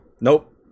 Nope